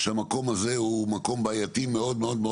שהמקום הזה הוא מקום בעייתי מאוד מאוד,